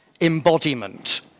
embodiment